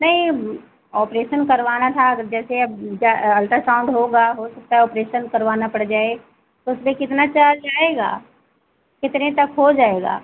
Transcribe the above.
नहीं ऑपरेशन करवाना था जैसे अब ज अल्ट्रासाउंड होगा हो सकता है ऑपरेशन करवाना पड़ जाए उसमें कितना चार्ज आएगा कितने तक हो जाएगा